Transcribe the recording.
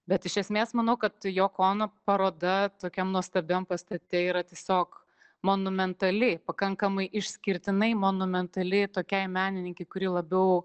bet iš esmės manau kad joko ono paroda tokiam nuostabiam pastate yra tiesiog monumentali pakankamai išskirtinai monumentali tokiai menininkei kuri labiau